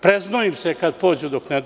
Preznojim se kad pođu dok ne dođu.